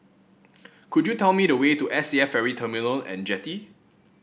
could you tell me the way to S A F Ferry Terminal and Jetty